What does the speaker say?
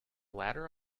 ladder